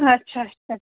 اچھا اچھا